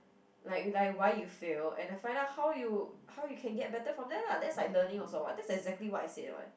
like like why you fail and like find out how you how you can get better from there lah that's like learning also [what] that's exactly what I said [what]